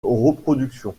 reproduction